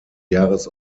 jahres